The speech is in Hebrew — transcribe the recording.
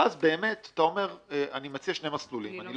ואז, אתה מציע שני מסלולים.